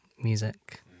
music